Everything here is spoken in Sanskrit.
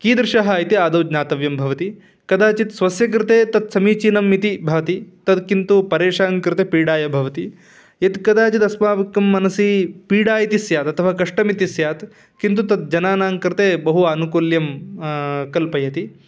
कीदृशः इति आदौ ज्ञातव्यं भवति कदाचित् स्वस्य कृते तद् समीचीनम् इति भाति तद् किन्तु परेषां कृते पीडाय भवति यद् कदाचित् अस्माद् उक्तं मनसि पीडा इति स्यात् अतवा कष्टम् इति स्यात् किन्तु तद् जनानां कृते बहु आनुकूल्यं कल्पयति